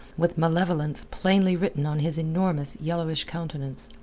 with malevolence plainly written on his enormous yellowish countenance.